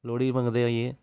लोह्ड़ी मंगदे आइयै